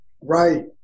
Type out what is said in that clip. Right